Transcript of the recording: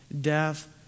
death